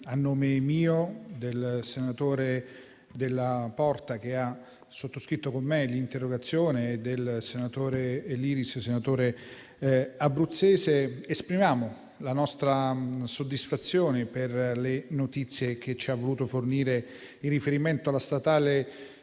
a nome mio, del senatore Della Porta, che ha sottoscritto con me l'interrogazione, e del senatore abruzzese Liris: esprimiamo la nostra soddisfazione per le notizie che ci ha voluto fornire in riferimento alla strada